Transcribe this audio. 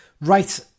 Right